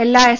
എല്ലാ എസ്